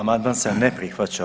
Amandman se ne prihvaća.